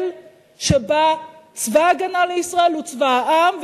שבה צבא-הגנה לישראל הוא צבא העם,